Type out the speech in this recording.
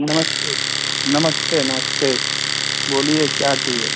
नमस्ते नमस्ते नमस्ते बोलिए क्या चाहिए